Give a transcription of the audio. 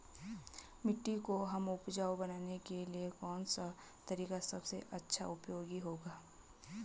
मिट्टी को हमें उपजाऊ बनाने के लिए कौन सा तरीका सबसे अच्छा उपयोगी होगा?